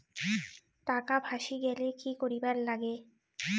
টাকা ফাঁসি গেলে কি করিবার লাগে?